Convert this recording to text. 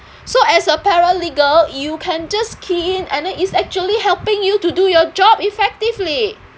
so as a paralegal you can just key in and then it's actually helping you to do your job effectively